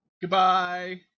Goodbye